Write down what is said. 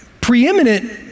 preeminent